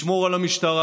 לשמור על המשטרה,